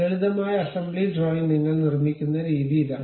ലളിതമായ assembly drawing നിങ്ങൾ നിർമ്മിക്കുന്ന രീതി ഇതാണ്